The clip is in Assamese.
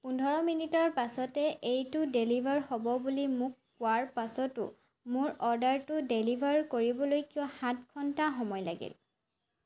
পোন্ধৰ মিনিটৰ পাছতে এইটো ডেলিভাৰ হ'ব বুলি মোক কোৱাৰ পাছতো মোৰ অৰ্ডাৰটো ডেলিভাৰ কৰিবলৈ কিয় সাত ঘণ্টা সময় লাগিল